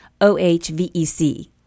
OHVEC